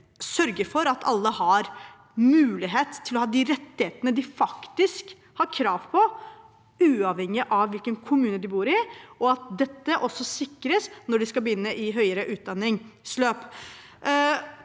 sørger for at alle har mulighet til å ha de rettighetene de faktisk har krav på, uavhengig av hvilken kommune de bor i, og at dette også sikres når de skal begynne i høyere utdanningsløp.